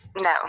no